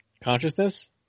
Consciousness